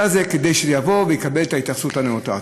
הזה כדי שהוא יקבל את ההתייחסות הנאותה.